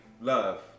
love